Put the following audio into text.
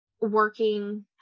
working